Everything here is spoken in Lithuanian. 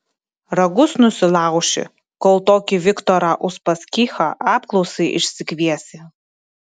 ragus nusilauši kol tokį viktorą uspaskichą apklausai išsikviesi